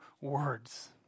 words